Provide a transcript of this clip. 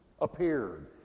appeared